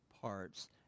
parts